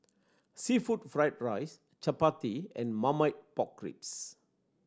seafood fried rice chappati and Marmite Pork Ribs